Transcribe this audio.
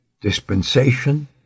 dispensation